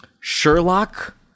Sherlock